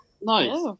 Nice